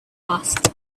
asked